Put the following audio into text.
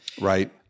Right